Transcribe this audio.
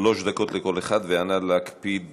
שלוש דקות לכל אחד, ואנא להקפיד